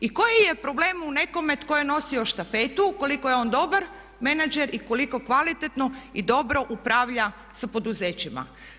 I koji je problem u nekome tko je nosio štafetu ukoliko je on dobar menadžer i ukoliko kvalitetno i dobro upravlja sa poduzećima?